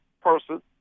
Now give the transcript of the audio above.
person